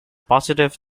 positive